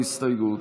הסתייגות